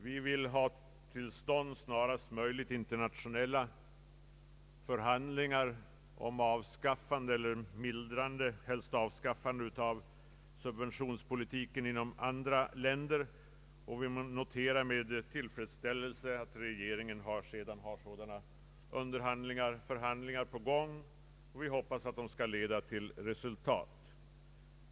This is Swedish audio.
Vi vill snarast möjligt ha till stånd internationella förhandlingar om mildrandet och helst avskaffandet av subventionspolitiken inom andra länder. Vi noterar med tillfredsställelse att regeringen har sådana underhandlingar på gång. Vi hoppas att de skall leda till resultat.